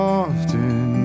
often